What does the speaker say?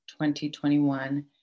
2021